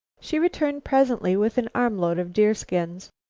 she returned presently with an arm-load of deerskins.